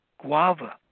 guava